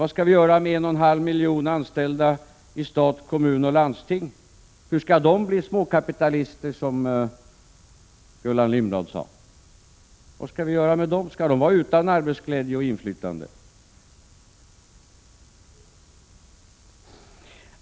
Vad skall vi göra med 1,5 miljoner anställda i stat, kommun och landsting? Hur skall de bli småkapitalister — som Gullan Lindblad sade? Vad skall vi göra med dem? Skall de få vara utan arbetsglädje och inflytande?